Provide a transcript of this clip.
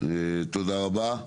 תודה רבה.